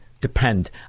depend